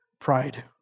Pride